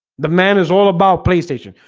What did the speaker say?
the man is all about playstation.